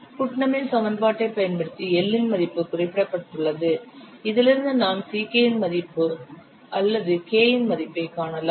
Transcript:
புட்னமின் சமன்பாட்டைப் பயன்படுத்தி L இன் மதிப்பு குறிப்பிடப்பட்டுள்ளது இதிலிருந்து நாம் Ck இன் மதிப்பை அல்லது K இன் மதிப்பைக் காணலாம்